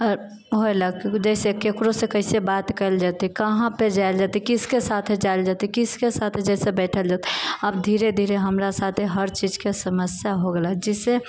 होयलक जैसे केकरो से कैसे बात कयल जेतै कहाँ पे जायल जेतै किसके साथ जायल जेतै किसके साथ जैसे बैठल जेतै अब धीरे धीरे हमरा साथे हर चीजके समस्या हो गेल जाहिसे